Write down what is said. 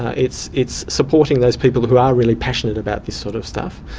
ah it's it's supporting those people who are really passionate about this sort of stuff,